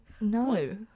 No